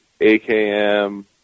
AKM